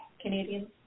Canadians